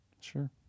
sure